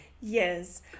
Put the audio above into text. yes